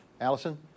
Allison